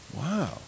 Wow